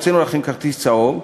הוצאנו לכם כרטיס צהוב,